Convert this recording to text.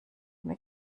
mir